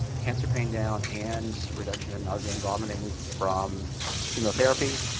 cancer pain down, and reduction in nausea and vomiting from chemotherapy